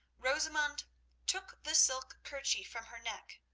rosamund took the silk kerchief from her neck.